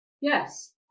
Yes